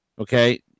Okay